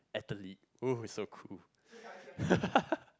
athlete !whoo! it's so cool